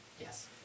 Yes